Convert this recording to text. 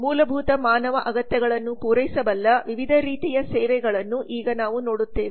ಮೂಲಭೂತ ಮಾನವ ಅಗತ್ಯಗಳನ್ನು ಪೂರೈಸಬಲ್ಲ ವಿವಿಧ ರೀತಿಯ ಸೇವೆಗಳನ್ನು ಈಗ ನಾವು ನೋಡುತ್ತೇವೆ